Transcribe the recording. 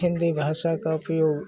हिंदी भाषा का उपयोग